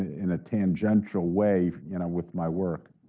and tangential way you know with my work.